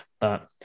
but-